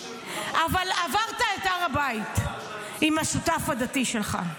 אבל עברת את הר הבית עם השותף הדתי שלך.